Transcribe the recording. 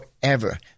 forever